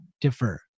differ